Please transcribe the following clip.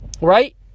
right